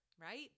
right